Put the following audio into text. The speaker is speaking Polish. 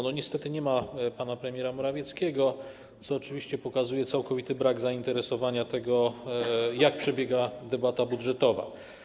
Niestety nie ma pana premiera Morawieckiego, co oczywiście pokazuje całkowity brak zainteresowania tym, jak przebiega debata budżetowa.